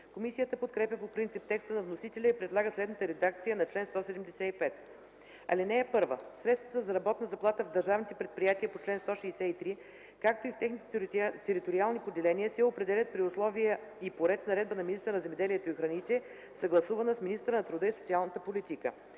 Комисията подкрепя по принцип текста на вносителя и предлага следната редакция на чл. 175: „Чл. 175. (1) Средствата за работна заплата в държавните предприятия по чл. 163, както и в техните териториални поделения, се определят при условия и по ред с наредба на министъра на земеделието и храните, съгласувана с министъра на труда и социалната политика.